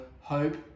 hope